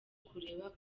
kureba